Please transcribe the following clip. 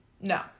No